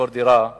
לשכור דירה משלהם.